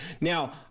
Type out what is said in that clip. Now